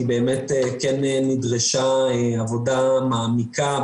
כי נדרשה עבודה מעמיקה,